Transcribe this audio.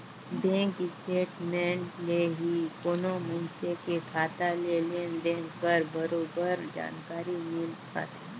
bank statement ले ही कोनो मइनसे के खाता के लेन देन कर बरोबर जानकारी मिल पाथे